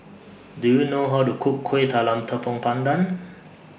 Do YOU know How to Cook Kuih Talam Tepong Pandan